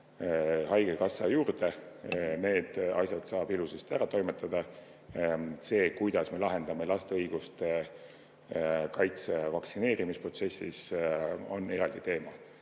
haigekassa juurde. Need asjad saab ilusasti ära toimetada. See, kuidas me lahendame laste õiguste kaitse vaktsineerimisprotsessis, on eraldi teema.